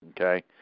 okay